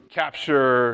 capture